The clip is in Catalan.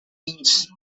bocins